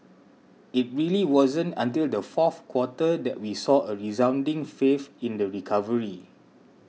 it really wasn't until the fourth quarter that we saw a resounding faith in the recovery